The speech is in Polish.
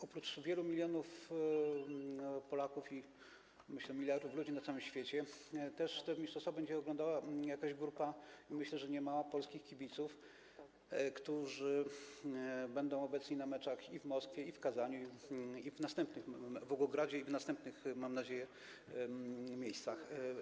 Oprócz wielu milionów Polaków i, myślę, miliardów ludzi na całym świecie te mistrzostwa też będzie oglądała jakaś grupa, myślę, że niemała, polskich kibiców, którzy będą obecni na meczach i w Moskwie, i w Kazaniu, i w Wołgogradzie, i w następnych, mam nadzieję, miejscach.